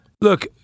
Look